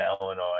illinois